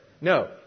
No